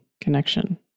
connection